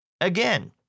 again